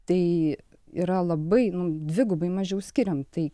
tai yra labai nu dvigubai mažiau skiriam tai